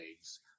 eggs